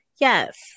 Yes